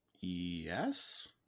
Yes